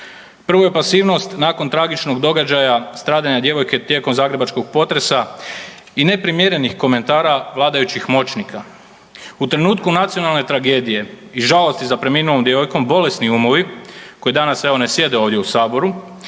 Prvo je pasivnost nakon tragičnog događaja stradanje djevojke tijekom zagrebačkog potresa i neprimjerenih komentara vladajućih moćnika. U trenutku nacionalne tragedije i žalosti za preminulom djevojkom, bolesni umovi koji danas evo ne sjede ovdje u saboru